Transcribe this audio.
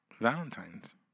Valentine's